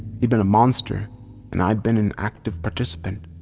he'd been a monster and i'd been an active participant.